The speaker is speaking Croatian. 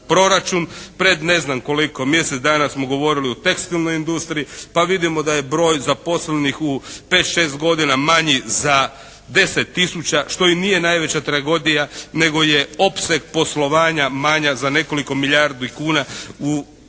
Pred ne znam koliko, mjesec dana smo govorili o tekstilnoj industriji. Pa vidimo da je broj zaposlenih u 5, 6 godina manji za 10 tisuća što i nije najveća tragedija nego je opseg poslovanja manji za nekoliko milijardi kuna u